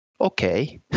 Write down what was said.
Okay